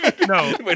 No